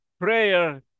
Prayer